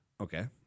Okay